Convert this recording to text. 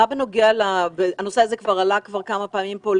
למשטרת ישראל אין --- הנושא הזה עלה כבר כמה פעמים פה,